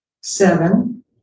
Seven